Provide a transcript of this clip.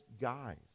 guys